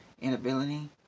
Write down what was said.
inability